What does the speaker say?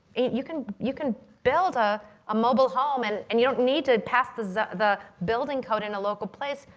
you can you can build ah a mobile home and and you don't need to pass the the building code in a local place.